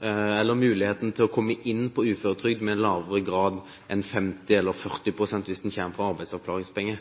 en lavere gradering, fra 50 pst. til 40 pst. hvis en kommer fra arbeidsavklaringspenger.